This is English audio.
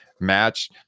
match